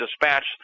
dispatch